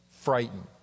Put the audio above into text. frightened